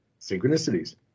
synchronicities